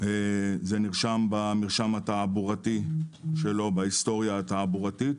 זה נרשם במרשם התעבורתי שלו, בהיסטוריה התעבורתית,